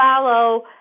follow